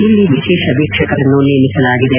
ಇಲ್ಲಿ ವಿಶೇಷ ವೀಕ್ಷಕರನ್ನು ನೇಮಿಸಲಾಗಿದೆ